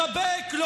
לחבק?